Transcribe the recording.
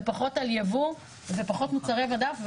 ופחות לייבא ופחות מוצרי מדף,